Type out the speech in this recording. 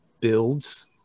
builds